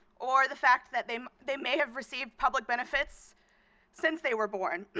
or the fact that they may they may have received public benefits since they were born.